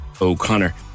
O'Connor